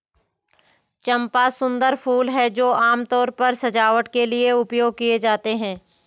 चंपा सुंदर फूल हैं जो आमतौर पर सजावट के लिए उपयोग किए जाते हैं